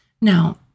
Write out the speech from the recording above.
Now